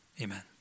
Amen